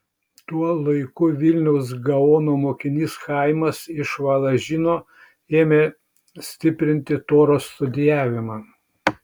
tuo laiku vilniaus gaono mokinys chaimas iš valažino ėmė stiprinti toros studijavimą